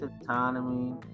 autonomy